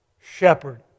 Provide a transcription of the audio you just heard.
shepherd